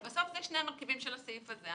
אבל בסוף זה שני המרכיבים של הסעיף הזה.